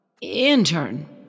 intern